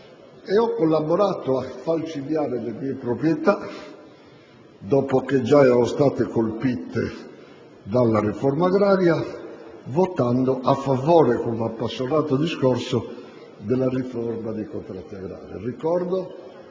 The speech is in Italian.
E ho collaborato a falcidiare le mie proprietà, dopo che già erano state colpite dalla riforma agraria, votando a favore, con un appassionato discorso, della riforma dei contratti agrari. Ricordo